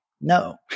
no